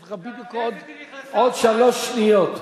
יש לך בדיוק עוד שלוש שניות.